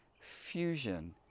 fusion